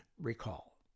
recall